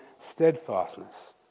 steadfastness